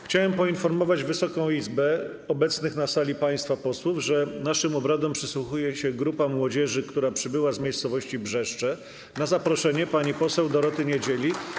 Chciałbym poinformować Wysoką Izbę, obecnych na sali państwa posłów, że naszym obradom przysłuchuje się grupa młodzieży, która przybyła z miejscowości Brzeszcze na zaproszenie pani poseł Doroty Niedzieli.